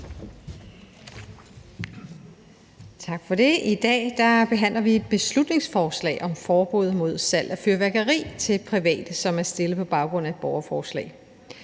I dag behandler vi et beslutningsforslag om forbud mod salg af fyrværkeri til private, som er fremsat på baggrund af et borgerforslag.